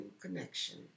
connection